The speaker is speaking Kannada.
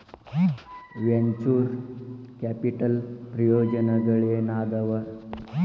ವೆಂಚೂರ್ ಕ್ಯಾಪಿಟಲ್ ಪ್ರಯೋಜನಗಳೇನಾದವ